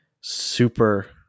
super